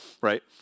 right